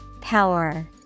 Power